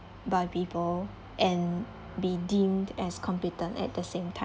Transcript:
by people and be deemed as competent at the same time